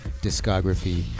discography